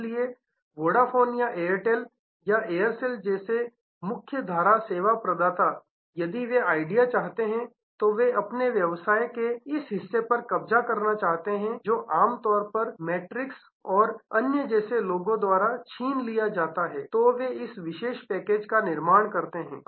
इसलिए वोडाफोन या एयरटेल या एयरसेल जैसे मुख्य धारा सेवा प्रदाता या यदि वे आइडिया चाहते हैं तो वे अपने व्यवसाय के इस हिस्से पर कब्जा करना चाहते हैं जो आमतौर पर मैट्रिक्स और अन्य जैसे लोगों द्वारा छीन लिया जाता है फिर वे इस विशेष पैकेज का निर्माण करते हैं